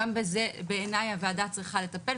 גם בזה בעיניי, הוועדה צריכה לטפל.